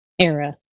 era